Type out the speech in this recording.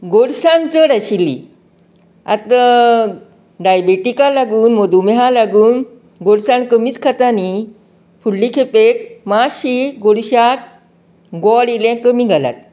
गोडसाण चड आशिल्ली आतां डायबिटीकाक लागून मधूमेहाक लागून गोडसाण कमीत खाता न्ही फुडली खेपेक मातशी गोडशाक गोड इल्लें कमी घालात